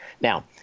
now